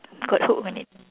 got hooked on it